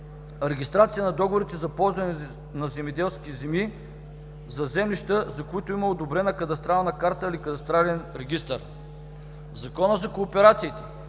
регистрация на договорите за ползване на земеделски земи за землища, за които има одобрена кадастрална карта или кадастрален регистър. В Закона за кооперациите